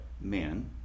man